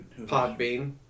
Podbean